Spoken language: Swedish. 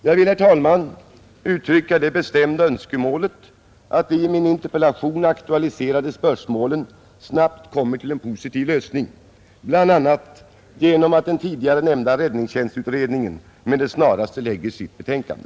Jag vill, herr talman, uttrycka det bestämda önskemålet att de i interpellationen aktualiserade spörsmålen snabbt kommer till en positiv lösning, bl.a. genom att den tidigare nämnda räddningstjänstutredningen med det snaraste lägger fram sitt betänkande.